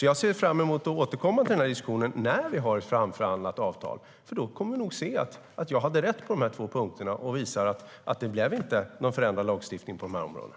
Jag ser fram emot att återkomma till den här diskussionen när vi har ett framförhandlat avtal, för då kommer vi nog att se att jag hade rätt på de här två punkterna och det inte blev någon förändrad lagstiftning på de här områdena.